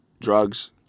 drugs